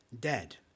dead